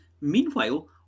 meanwhile